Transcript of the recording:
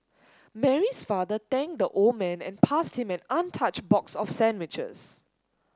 Mary's father thanked the old man and passed him an untouched box of sandwiches